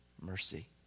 mercy